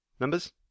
Numbers